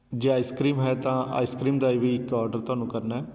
ਜੇ ਆਈਸਕਰੀਮ ਹੈ ਤਾਂ ਆਈਸਕਰੀਮ ਦਾ ਵੀ ਇੱਕ ਔਡਰ ਤੁਹਾਨੂੰ ਕਰਨਾ